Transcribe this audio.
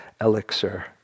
elixir